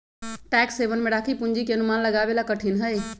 tax haven में राखी पूंजी के अनुमान लगावे ला कठिन हई